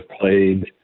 played